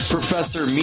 Professor